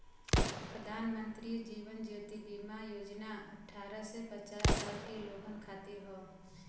प्रधानमंत्री जीवन ज्योति बीमा योजना अठ्ठारह से पचास साल के लोगन खातिर हौ